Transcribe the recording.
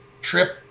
trip